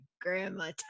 grandma